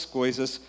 coisas